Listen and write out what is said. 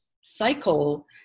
cycle